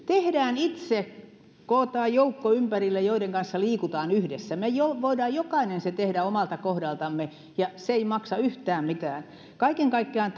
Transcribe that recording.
tehdään itse kootaan joukko ympärille joiden kanssa liikutaan yhdessä me voimme jokainen sen tehdä omalta kohdaltamme ja se ei maksa yhtään mitään kaiken kaikkiaan